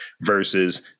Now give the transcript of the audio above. versus